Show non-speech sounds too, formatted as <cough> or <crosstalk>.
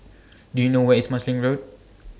<noise> Do YOU know Where IS Marsiling Road